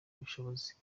ubushobozi